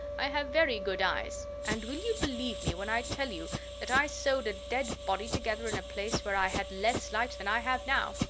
i have very good eyes, and will you believe me when i tell you that i sewed a dead body together in a place where i had less light than i have now.